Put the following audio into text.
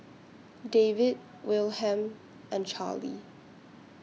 David Wilhelm and Charlie